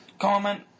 comment